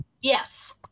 Yes